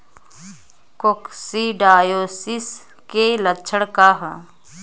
Coccidiosis के लक्षण का ह?